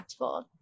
impactful